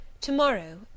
To-morrow